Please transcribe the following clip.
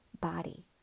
body